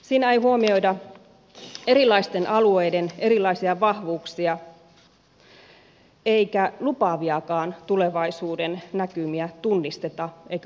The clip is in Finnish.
siinä ei huomioida erilaisten alueiden erilaisia vahvuuksia eikä lupaaviakaan tulevaisuuden näkymiä tunnisteta eikä ainakaan tunnusteta